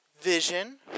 Vision